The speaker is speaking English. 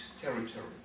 territory